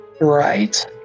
right